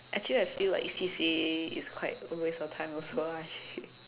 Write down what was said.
actually I feel like C_C_A is quite a waste of time also actually